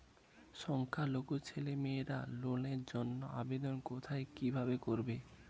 সংখ্যালঘু ছেলেমেয়েরা লোনের জন্য আবেদন কোথায় কিভাবে করবে?